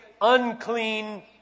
unclean